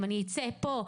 אם אני אצא פה,